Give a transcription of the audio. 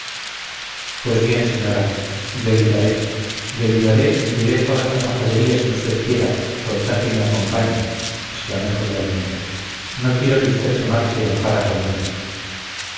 pues bien señora deliraré deliraré y diré todas las majaderías que usted quiera con tal que me acompañe exclamé jovialmente no quiero que usted se marche enojada conmigo